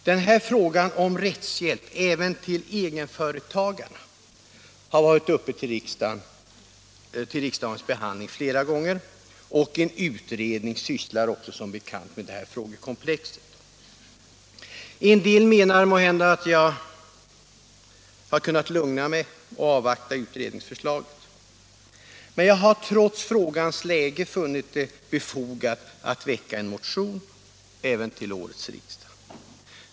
Den här frågan om rättshjälp även till egenföretagare har varit uppe till riksdagens behandling flera gånger, och en utredning sysslar också som bekant med frågekomplexet. En del menar måhända att jag kunde ha lugnat mig och avvaktat utredningsförslaget. Men jag har trots frågans läge funnit det befogat att väcka en motion även till årets riksdag.